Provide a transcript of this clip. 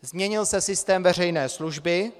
Změnil se systém veřejné služby.